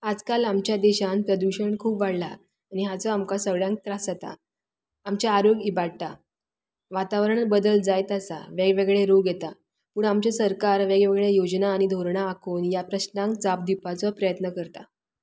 आज काल आमच्या देशान प्रदुशण खूब वाडलां आनी हाजो आमकां सगल्यांक त्रास जाता आमचें आरोग्य इबाडटा वातावरण बदल जायत आसा वेगवेगळे रोग येता पूण आमचें सरकार वेगळेवेगळे योजना आनी धोरणां आंखून ह्या प्रश्नांक जाप दिवपाचो प्रयत्न करता